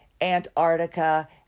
Antarctica